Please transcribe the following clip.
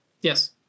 Yes